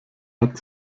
hat